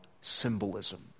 symbolism